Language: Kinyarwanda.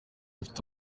ifite